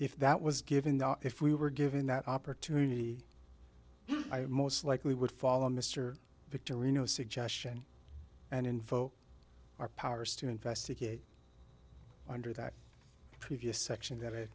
if that was given the if we were given that opportunity most likely would follow mr victor reno suggestion and invoke our powers to investigate under that previous section that i